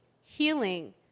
healing